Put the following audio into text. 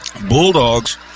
Bulldogs